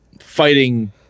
fighting